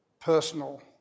personal